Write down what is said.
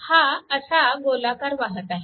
हा असा गोलाकार वाहत आहे